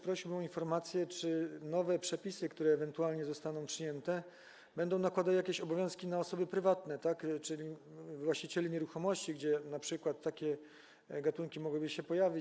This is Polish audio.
Prosiłbym też o informację, czy nowe przepisy, które ewentualnie zostaną przyjęte, będą nakładały jakieś obowiązki na osoby prywatne, czyli właścicieli nieruchomości, na których np. takie gatunki mogłyby się pojawić.